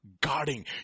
guarding